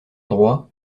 droit